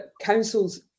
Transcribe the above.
councils